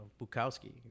bukowski